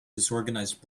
disorganized